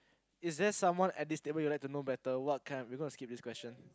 is there someone at this table you would like to know better what kind okay gonna skip this question